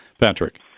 Patrick